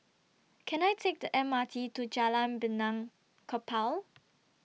Can I Take The M R T to Jalan Benaan Kapal